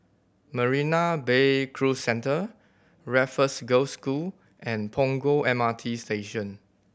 Marina Bay Cruise Centre Raffles Girls' School and Punggol M R T Station